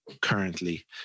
currently